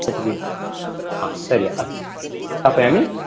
षट् एव हा तर्हि अस्तु स्थापयामि